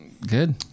Good